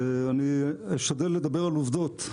אני אשתדל לדבר על עובדות.